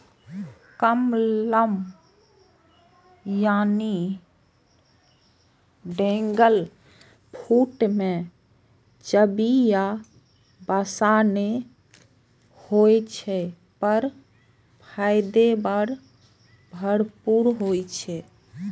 कमलम यानी dragon fruit मे चर्बी या वसा नै होइ छै, पर फाइबर भरपूर होइ छै